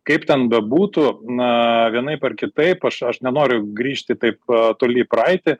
kaip ten bebūtų na vienaip ar kitaip aš aš nenoriu grįžti taip toli į praeitį